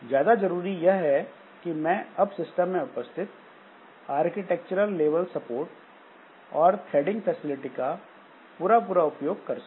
ज्यादा जरूरी यह है कि मैं अब सिस्टम में उपस्थित आर्किटेक्चरल लेवल सपोर्ट और थ्रेडिंग फैसिलिटी का पूरा पूरा उपयोग कर सकूँ